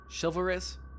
Chivalrous